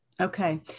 Okay